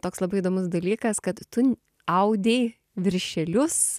toks labai įdomus dalykas kad tu audei viršelius